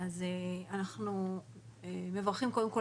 אז קודם כל,